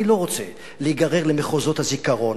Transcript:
אני לא רוצה להיגרר למחוזות הזיכרון,